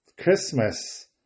Christmas